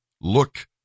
Look